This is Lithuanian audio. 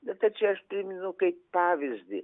bet tai čia aš priminiau kaip pavyzdį